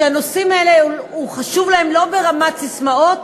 שהנושאים האלה חשובים להם לא ברמת ססמאות